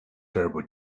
turbo